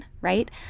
right